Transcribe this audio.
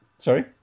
Sorry